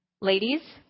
Ladies